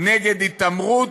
נגד התעמרות,